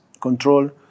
control